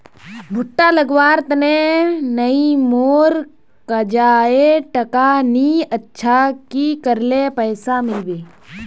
भुट्टा लगवार तने नई मोर काजाए टका नि अच्छा की करले पैसा मिलबे?